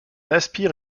aspire